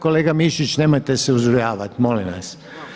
Kolega Mišić, nemojte se uzrujavati molim vas!